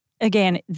again